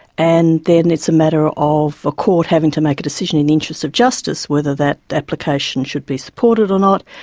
and then it's a matter of a court having to make a decision in the interests of justice whether that application should be supported or not.